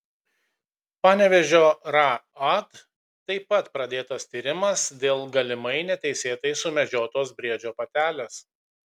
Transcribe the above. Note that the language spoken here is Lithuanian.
panevėžio raad taip pat pradėtas tyrimas dėl galimai neteisėtai sumedžiotos briedžio patelės